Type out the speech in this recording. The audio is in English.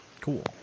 Cool